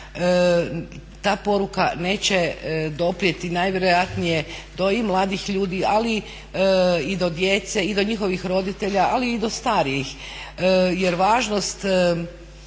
ta poruka neće doprijeti najvjerojatnije do ovih mladih ljudi ali i do djece i do njihovih roditelja ali i do starijih